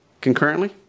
concurrently